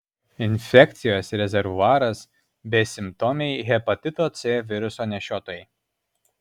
infekcijos rezervuaras besimptomiai hepatito c viruso nešiotojai